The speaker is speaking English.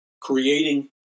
creating